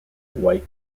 white